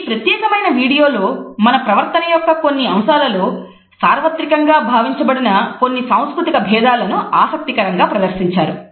ఈ ప్రత్యేకమైన వీడియో లో మన ప్రవర్తన యొక్క కొన్ని అంశాలలో సార్వత్రికంగా భావించబడిన కొన్ని సాంస్కృతిక భేదాలను ఆసక్తికరంగా ప్రదర్శించారు